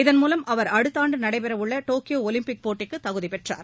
இதன் மூலம் அவர் அடுத்த ஆண்டு நடைபெறவுள்ள டோக்கியோ ஒலிம்பிக் போட்டிக்கு தகுதி பெற்றார்